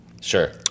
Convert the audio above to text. Sure